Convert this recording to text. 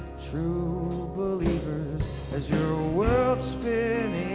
true believers as your world's spinning